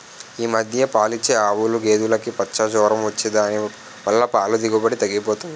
ఈ మధ్య పాలిచ్చే ఆవులు, గేదులుకి పచ్చ జొరం వచ్చి దాని వల్ల పాల దిగుబడి తగ్గిపోయింది